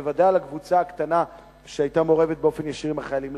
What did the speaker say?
בוודאי לקבוצה הקטנה שהיתה מעורבת באופן ישיר עם החיילים.